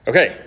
Okay